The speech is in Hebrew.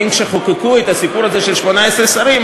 האם כשחוקקו את הסיפור הזה של 18 שרים,